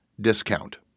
discount